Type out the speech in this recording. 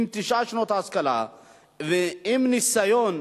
עם תשע שנות השכלה ועם ניסיון,